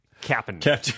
Captain